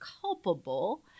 culpable